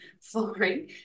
flooring